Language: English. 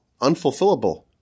unfulfillable